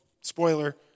spoiler